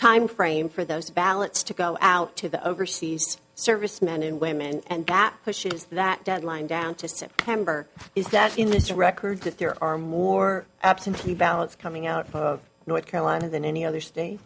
timeframe for those ballots to go out to the overseas servicemen and women and that pushes that deadline down to september is that in this record that there are more absentee ballots coming out of north carolina than any other state